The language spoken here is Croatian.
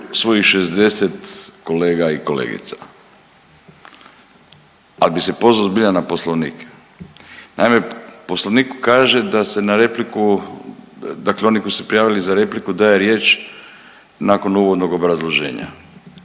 svojih 60 kolega i kolegica, ako bi se pozvao zbilja na Poslovnik. Naime, Poslovnik kaže da se na repliku dakle oni koji su se prijavili za repliku daje riječ nakon uvodnog obrazloženja.